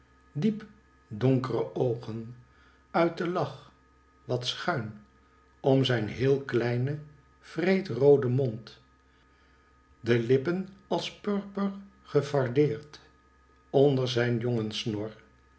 diep donkere oogen uit den lach wat schuin om zijn heel kleinen wreedrooden mond de lippen als purper gefardeerd onder zijn